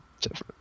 different